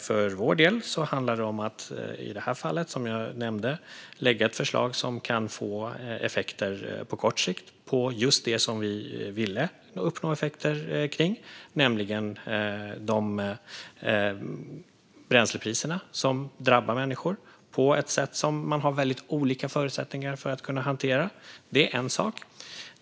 För vår del handlar det om att i det här fallet, som jag nämnde, lägga fram ett förslag som kan få effekter på kort sikt på just det som vi ville uppnå effekter kring. Det handlar alltså om bränslepriserna, som drabbar människor på ett sätt som man har väldigt olika förutsättningar att hantera. Det är en sak.